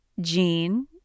Jean